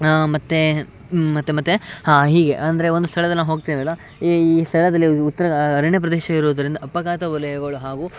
ಮತ್ತು ಮತ್ತು ಮತ್ತು ಹಾಂ ಹೀಗೆ ಅಂದರೆ ಒಂದು ಸ್ಥಳದಲ್ಲಿ ನಾವು ಹೋಗ್ತೇವಲ್ಲ ಈ ಸ್ಥಳದಲ್ಲಿ ಉತ್ತರ ಅರಣ್ಯ ಪ್ರದೇಶ ಇರೋದರಿಂದ ಅಪಘಾತ ವಲಯಗಳು ಹಾಗೂ